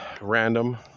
Random